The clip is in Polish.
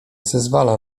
zezwala